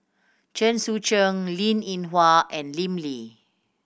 Chen Sucheng Linn In Hua and Lim Lee